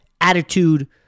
attitude